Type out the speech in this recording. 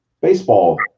Baseball